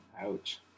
Ouch